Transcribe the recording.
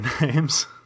names